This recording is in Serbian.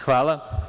Hvala.